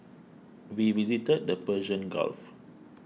we visited the Persian Gulf